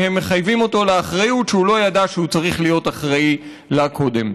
והם מחייבים אותו לאחריות שהוא לא ידע שהוא צריך להיות אחראי בה קודם.